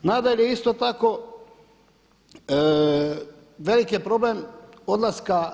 Nadalje, isto tako veliki je problem odlaska